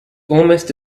almost